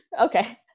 Okay